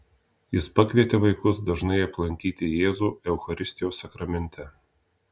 jis pakvietė vaikus dažnai aplankyti jėzų eucharistijos sakramente